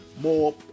more